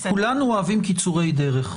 כולנו אוהבים קיצורי דרך.